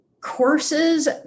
Courses